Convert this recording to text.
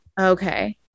Okay